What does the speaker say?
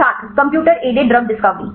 छात्र computer aided drug discovery